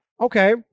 okay